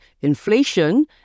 inflation